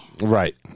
Right